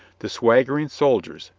the swaggering soldiers,